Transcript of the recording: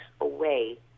away